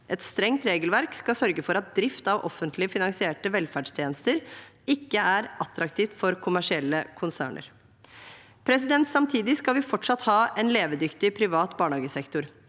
Et strengt regelverk skal sørge for at drift av offentlig finansierte velferdstjenester ikke er attraktivt for kommersielle konserner. Samtidig skal vi fortsatt ha en levedyktig privat barnehagesektor.